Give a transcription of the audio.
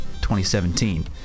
2017